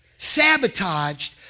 sabotaged